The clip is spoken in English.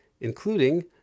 including